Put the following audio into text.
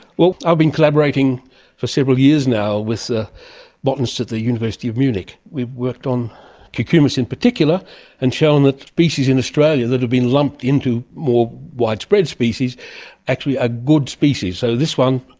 well, i've been collaborating for several years now with ah botanists at the university of munich. we have worked on cucumis in particular and shown that species in australia that have been lumped into more widespread species actually are ah good species. so this one,